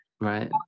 Right